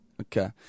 Okay